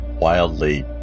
wildly